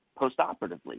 postoperatively